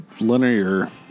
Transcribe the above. linear